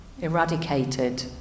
eradicated